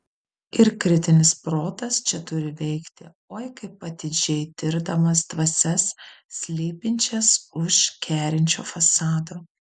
ir kritinis protas čia turi veikti oi kaip atidžiai tirdamas dvasias slypinčias už kerinčio fasado